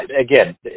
again